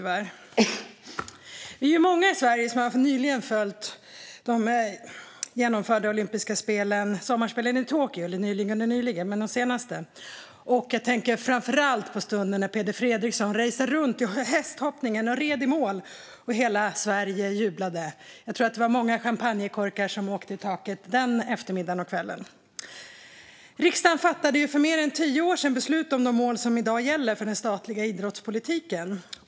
Vi är många i Sverige som har följt de senaste genomförda olympiska sommarspelen i Tokyo. Jag tänker framför allt på stunden då Peder Fredricson gjorde ett race i hästhoppningen, red i mål och hela Sverige jublade. Jag tror att det var många champagnekorkar som åkte i taket den eftermiddagen och kvällen. Riksdagen fattade för mer än tio år sedan beslut om de mål som i dag gäller för den statliga idrottspolitiken.